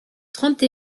trente